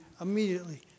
immediately